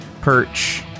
perch